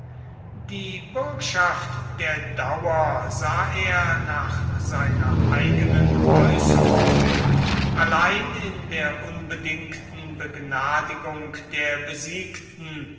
die bürgschaft der dauer sah er nach seiner eigenen äußerung allein in der unbedingten begnadigung der besiegten